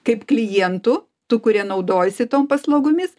kaip klientų tų kurie naudojasi tom paslaugomis